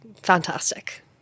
fantastic